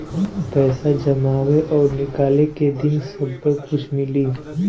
पैसा जमावे और निकाले के दिन सब्बे कुछ मिली